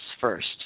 first